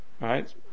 right